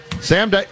Sam